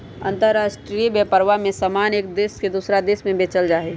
अंतराष्ट्रीय व्यापरवा में समान एक देश से दूसरा देशवा में बेचल जाहई